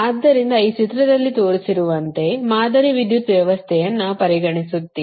ಆದ್ದರಿಂದ ಈ ಚಿತ್ರದಲ್ಲಿ ತೋರಿಸಿರುವಂತೆ ಮಾದರಿ ವಿದ್ಯುತ್ ವ್ಯವಸ್ಥೆಯನ್ನು ಪರಿಗಣಿಸುತ್ತೀರಿ